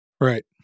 right